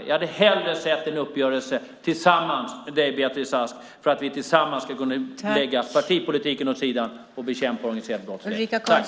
Jag hade hellre sett en uppgörelse tillsammans med dig, Beatrice Ask, för att vi tillsammans skulle kunna lägga partipolitiken åt sidan och bekämpa organiserad brottslighet.